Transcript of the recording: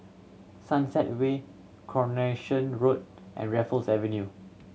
Sunset Way Coronation Road and Raffles Avenue